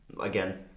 again